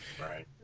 Right